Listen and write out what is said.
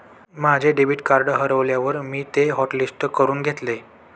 माझे debit card हरवल्यावर मी ते हॉटलिस्ट करून घेतले